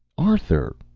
arthur!